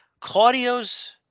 Claudio's